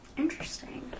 Interesting